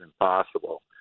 impossible